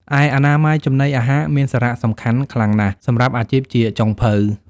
ឯអនាម័យចំណីអាហារមានសារៈសំខាន់ខ្លាំងណាស់សម្រាប់អាជីពជាចុងភៅ។